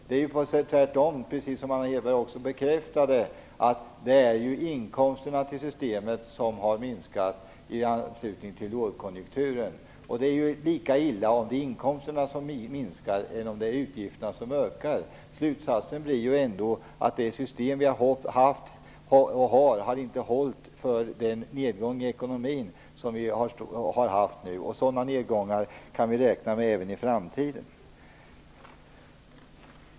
Det är ju tvärtom så att inkomsterna till systemet har minskat med anledning av lågkonjunkturen, vilket Anna Hedborg också bekräftade. Inkomster som minskar eller utgifter som ökar är ju lika illa. Slutsatsen blir ju ändå att det system som vi haft, och fortfarande har, inte hade hållit i den nedgång i ekonomin som nu har varit. Och sådana nedgångar kan vi räkna med kommer även i framtiden.